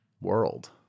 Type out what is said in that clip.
World